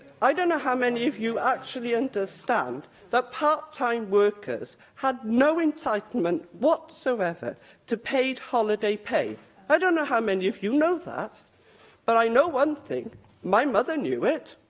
i don't know how many of you actually understand that part-time workers had no entitlement whatsoever to paid holiday pay i don't know how many of you know that but i know one thing my mother knew it,